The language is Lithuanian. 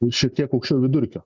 ir šiek tiek aukščiau vidurkio